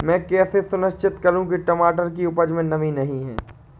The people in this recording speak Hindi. मैं कैसे सुनिश्चित करूँ की मटर की उपज में नमी नहीं है?